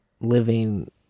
living